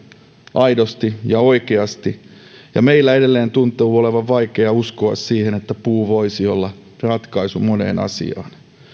aidosti ja oikeasti meidän edelleen tuntuu olevan vaikea uskoa siihen että puu voisi olla ratkaisu moneen asiaan